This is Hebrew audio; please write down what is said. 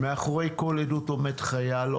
כשמאחורי כל עדות עומד חייל,